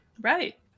Right